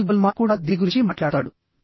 denial Goleman కూడా దీని గురించి మాట్లాడతాడు